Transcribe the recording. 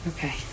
Okay